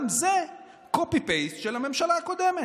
גם זה copy-paste של הממשלה הקודמת.